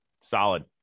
Solid